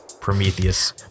prometheus